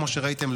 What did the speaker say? כמו שראיתם,